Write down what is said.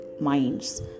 minds